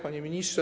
Panie Ministrze!